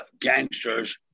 gangsters